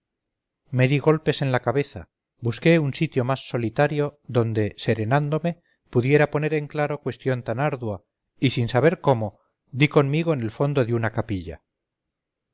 di golpes en la cabeza busqué un sitio más solitario donde serenándome pudiera poner en claro cuestión tan ardua y sin saber cómo di conmigo en el fondo de una capilla